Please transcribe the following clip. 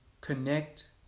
connect